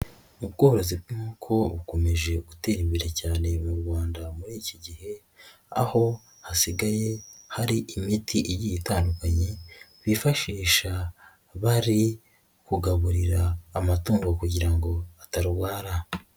Ubworozi bw'inkoko bukomeje gutera imbere cyane mu Rwanda muri iki gihe, aho hasigaye hari imiti igiye itandukanye bifashisha bari kugaburira amatungo kugira ngo atarwara.